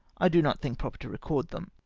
i do not think proper to record them.